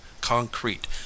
concrete